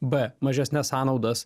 b mažesnes sąnaudas